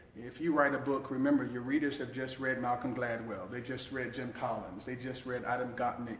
if you write a book, remember your readers have just read malcom gladwell. they've just read jim collins. they've just read adam gottlieb.